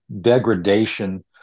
degradation